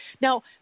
Now